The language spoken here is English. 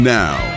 now